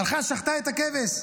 הלכה, שחטה את הכבש.